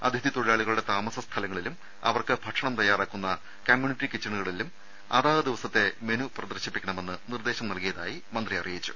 അതിഥി തൊഴിലാളികളുടെ താമസ സ്ഥലങ്ങളിലും അവർക്ക് ഭക്ഷണം തയാറാക്കുന്ന കമ്മ്യൂണിറ്റി കിച്ചണുകളിലും അതാത് ദിവസങ്ങളിലെ മെനു പ്രദർശിപ്പിക്കണമെന്ന് നിർദേശം നൽകിയതായി മന്ത്രി അറിയിച്ചു